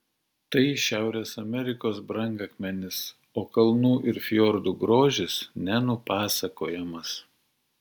tai šiaurės amerikos brangakmenis o kalnų ir fjordų grožis nenupasakojamas